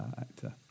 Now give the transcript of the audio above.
actor